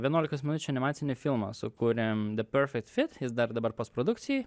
vienuolikos minučių animacinį filmą sukūrėm the perfect fit jis dar dabar postprodukcijoj